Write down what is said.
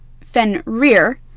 Fenrir